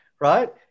right